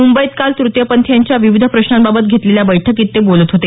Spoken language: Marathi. मुंबईत काल तृतीयपंथीयांच्या विविध प्रश्नांबाबत घेतलेल्या बैठकीत ते बोलत होते